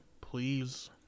Please